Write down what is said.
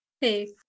Hey